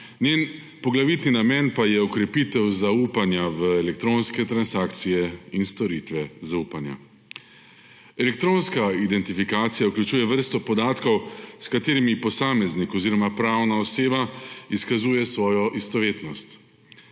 njen poglavitni namen pa je okrepitev zaupanja v elektronske transakcije in storitve zaupanja. Elektronska identifikacija vključuje vrsto podatkov, s katerimi posameznik oziroma pravna oseba izkazuje svojo istovetnost.